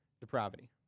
depravity